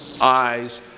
eyes